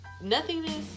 nothingness